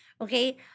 okay